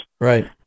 Right